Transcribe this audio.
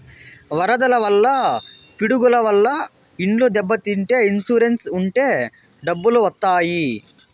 వరదల వల్ల పిడుగుల వల్ల ఇండ్లు దెబ్బతింటే ఇన్సూరెన్స్ ఉంటే డబ్బులు వత్తాయి